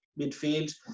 midfield